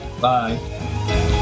bye